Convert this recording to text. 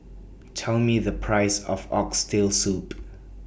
Tell Me The Price of Oxtail Soup